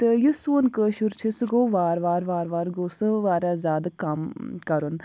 تہٕ یُس سون کٲشُر چھُ سُہ گوٚو وارٕ وارٕ وارٕ وارٕ گوٚو سُہ واریاہ زیادٕ کَم کرُن